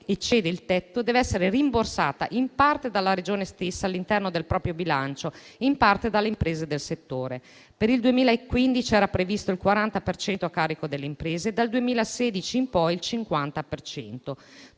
eccede il tetto dev'essere rimborsata in parte dalla Regione stessa all'interno del proprio bilancio, in parte dalle imprese del settore. Per il 2015 era previsto il 40 per cento a carico delle imprese, dal 2016 in poi il 50